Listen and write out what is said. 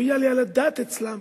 לא יעלה על הדעת אצלם